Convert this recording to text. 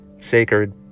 Sacred